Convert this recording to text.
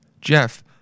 Jeff